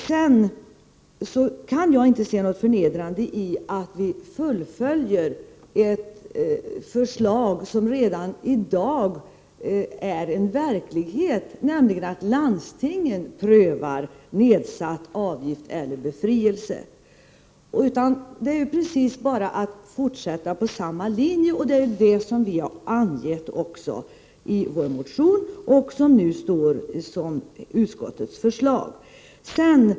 Jag kan inte se något förnedrande i att vi fullföljer ett förslag som redan i dag är verklighet, dvs. att landstingen prövar nedsättning av eller befrielse från avgift. Dagens beslut innebär att vi fortsätter på samma linje. Det är detta vi har angett i vår motion och som nu står som utskottets förslag.